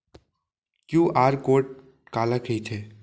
QR code काला कहिथे?